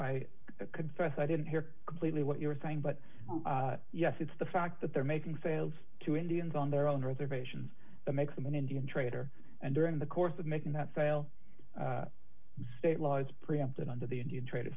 i confess i didn't hear completely what you're saying but yes it's the fact that they're making sales to indians on their own reservations that makes them an indian trader and during the course of making that sale state laws preempted under the indian trade